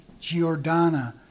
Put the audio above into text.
Giordana